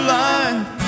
life